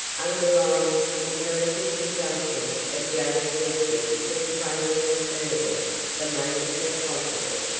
underlying this imperative injunction of james sedgwick was plainly discernible the motive that prompted it.